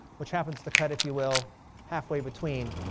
which happens to cut, if you will, halfway between